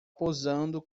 posando